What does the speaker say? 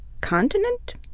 continent